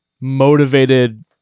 motivated